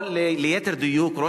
או ליתר דיוק,